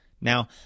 Now